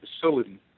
facility